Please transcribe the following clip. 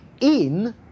In